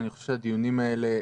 אני חושב שהדיונים האלה חשובים,